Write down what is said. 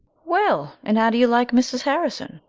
well, and how do you like mrs. harrison?